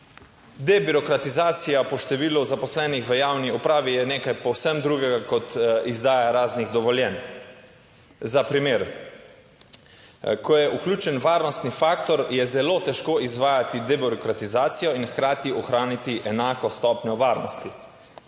Debirokratizacija po številu zaposlenih v javni upravi je nekaj povsem drugega kot izdaja raznih dovoljenj. Za primer; ko je vključen varnostni faktor, je zelo težko izvajati debirokratizacijo in hkrati ohraniti enako stopnjo varnosti.